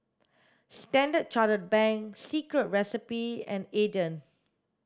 Standard Chartered Bank Secret Recipe and Aden